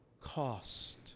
cost